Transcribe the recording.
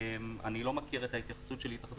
אני לא מכיר את ההתייחסות של התאחדות